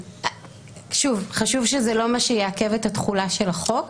חשוב שזה לא מה שיעכב את התחולה של החוק.